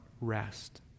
rest